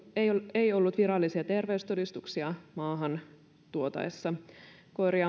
ei ollut virallisia terveystodistuksia maahan tuotaessa koiria